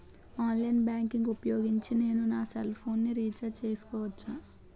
Online banking ఊపోయోగించి నేను నా సెల్ ఫోను ని రీఛార్జ్ చేసుకోవచ్చా?